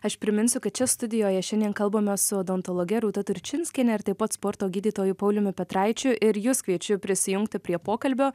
aš priminsiu kad čia studijoje šiandien kalbamės su odontologe rūta turčinskiene ir taip pat sporto gydytoju pauliumi petraičiu ir jus kviečiu prisijungti prie pokalbio